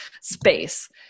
space